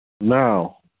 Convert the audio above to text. Now